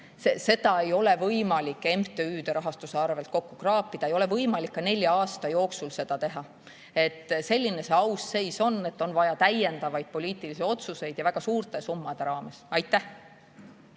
ei ole võimalik MTÜ‑de rahastuse arvel kokku kraapida, ei ole võimalik ka nelja aasta jooksul seda teha. Selline see seis ausalt öeldes on, et on vaja täiendavaid poliitilisi otsuseid ja väga suurte summade raames. Aitäh!